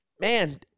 man